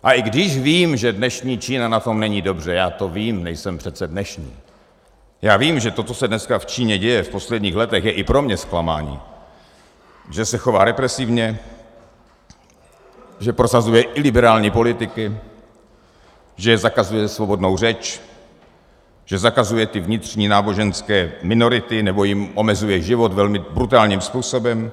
A i když vím, že dnešní Čína na tom není dobře, já to vím, nejsem přece dnešní, já vím, že to, co se dneska v Číně děje, v posledních letech, je i pro mě zklamáním, že se chová represivně, že prosazuje iliberální politiky, že zakazuje svobodnou řeč, že zakazuje ty vnitřní náboženské minority nebo jim omezuje život velmi brutálním způsobem.